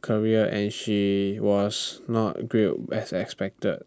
career and she was not grilled as expected